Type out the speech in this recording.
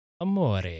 Amore